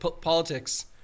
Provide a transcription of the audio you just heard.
politics